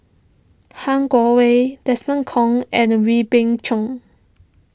Han Guangwei Desmond Kon and Wee Beng Chong